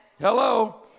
Hello